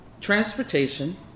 transportation